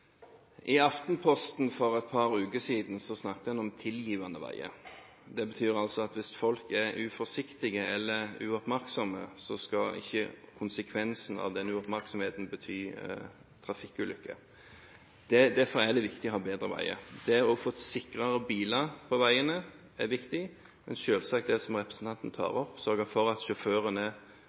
Hvis folk er uforsiktige eller uoppmerksomme, skal ikke konsekvensen av en slik uoppmerksomhet bety trafikkulykke. Derfor er det viktig å ha bedre veier. Sikrere biler på veiene er viktig, men selvsagt også det som representanten tar opp – å sørge for at